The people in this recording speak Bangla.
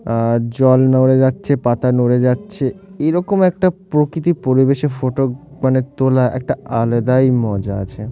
আর জল নড়ে যাচ্ছে পাতা নড়ে যাচ্ছে এরকম একটা প্রকৃতি পরিবেশে ফটো মানে তোলা একটা আলাদাই মজা আছে